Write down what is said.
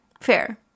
Fair